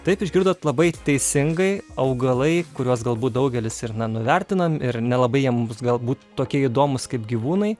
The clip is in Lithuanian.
taip išgirdot labai teisingai augalai kuriuos galbūt daugelis ir na nuvertinam ir nelabai jiem galbūt tokie įdomūs kaip gyvūnai